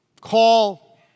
call